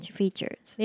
features